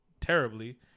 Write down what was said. terribly